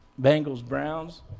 Bengals-Browns